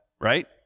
right